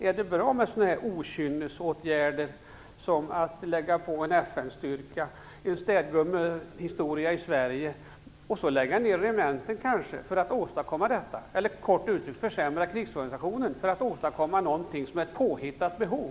Är det bra med okynnesåtgärder som att lägga till en FN-styrka, en "städgummehistoria" i Sverige, och sedan kanske lägga ner regementen för att åstadkomma detta? Eller kort uttryckt: Är det bra att försämra krigsorganisationen för att åstadkomma någonting som är ett påhittat behov?